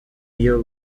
iyo